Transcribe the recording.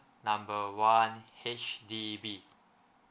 number one H_D_B